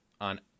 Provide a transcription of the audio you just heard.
on